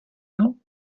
non